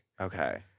Okay